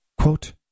Quote